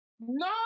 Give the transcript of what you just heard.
No